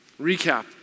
recap